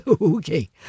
Okay